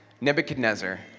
Nebuchadnezzar